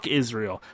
israel